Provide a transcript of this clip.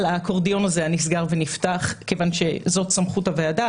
האקורדיון הנסגר ונפתח כיוון שזאת סמכות הוועדה,